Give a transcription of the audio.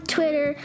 Twitter